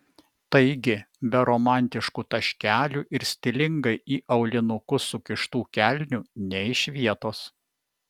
taigi be romantiškų taškelių ir stilingai į aulinukus sukištų kelnių nė iš vietos